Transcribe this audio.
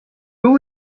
who